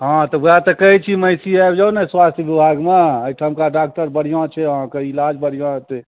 हँ तऽ ओएह तऽ कहैत छी महिषी आबि जाउ ने स्वास्थ्य विभागमे एहिठामका डाक्टर बढ़िआँ छै अहाँकऽ इलाज बढ़िआँ होयतै